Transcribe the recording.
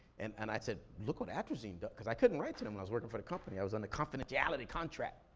and and i said, look what atrazine does. cause i couldn't write to them when i was working for the company, i was under confidentiality contract.